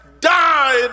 died